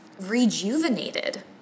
rejuvenated